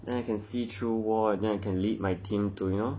then I can see through wall and then I can lead my team to you know